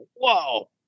whoa